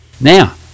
Now